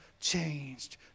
changed